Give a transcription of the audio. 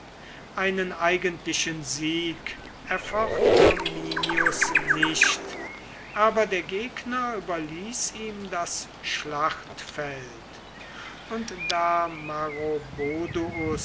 einen eigentlichen sieg erfocht arminius nicht aber der gegner überließ ihm das schlachtfeld und da